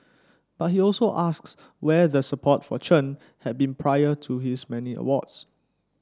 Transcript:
but he also asks where the support for Chen had been prior to his many awards